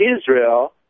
Israel